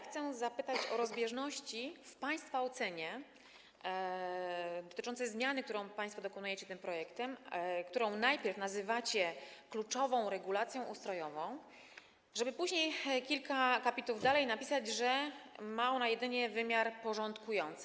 Chcę zapytać o rozbieżności w państwa ocenie dotyczącej zmiany, której państwo dokonujecie tym projektem, a którą najpierw nazywacie kluczową regulacją ustrojową, żeby później, kilka akapitów dalej, napisać, że ma ona jedynie wymiar porządkujący.